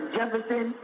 Jefferson